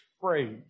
phrase